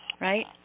right